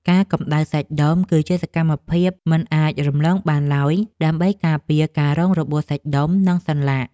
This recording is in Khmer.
ការកម្តៅសាច់ដុំ គឺជាសកម្មភាពមិនអាចរំលងបានឡើយ ដើម្បីការពារការរងរបួសសាច់ដុំ និងសន្លាក់។